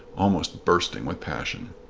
almost bursting with passion.